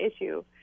issue